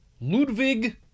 Ludwig